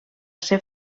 ser